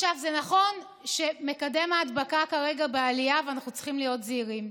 זה נכון שמקדם ההדבקה כרגע בעלייה ואנחנו צריכים להיות זהירים,